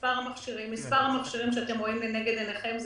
מספר המכשירים שאתם רואים לנגד עיניכם,